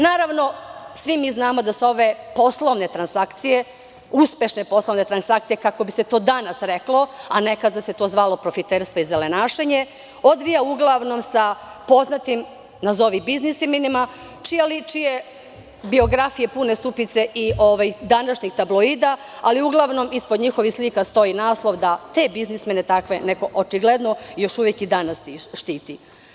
Naravno, svi mi znamo da su ove poslovne transakcije, uspešne poslovne transakcije kako bi se to danas reklo, a nekada se to zvalo profiterstvo i zelenaštvom, odvija uglavnom sa poznatim nazovi biznismenima, čiji je biografije pune današnjih tabloida ali uglavnom ispod njihovih slika stoji naslov da te biznismene takve očigledno još uvek i danas štiti.